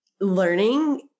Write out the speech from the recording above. learning